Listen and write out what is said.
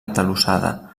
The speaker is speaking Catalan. atalussada